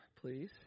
please